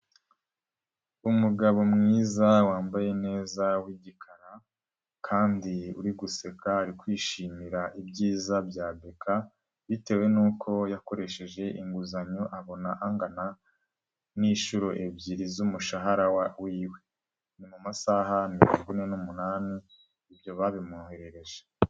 Umugabo mwiza wambaye neza w'igikara kandi uri guseka, ari kwishimira ibyiza bya BK, bitewe nuko yakoresheje inguzanyo abona angana n'inshuro ebyiri z'umushahara w'iwe, ni mu masaha mirongo ine n'umunani, ibyo babimwoherereje.